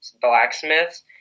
blacksmiths